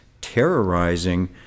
terrorizing